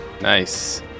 Nice